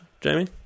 jamie